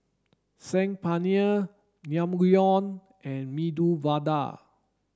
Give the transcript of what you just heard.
Saag Paneer Naengmyeon and Medu Vada